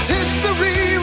History